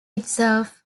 itself